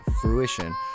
fruition